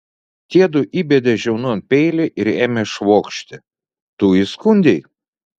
tiedu įbedė žiaunon peilį ir ėmė švokšti tu įskundei